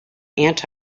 anti